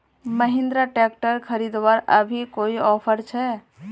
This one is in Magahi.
महिंद्रा ट्रैक्टर खरीदवार अभी कोई ऑफर छे?